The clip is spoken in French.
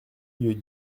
lieux